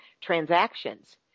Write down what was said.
transactions